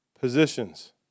positions